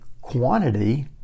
quantity